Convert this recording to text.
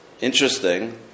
interesting